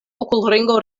okulringo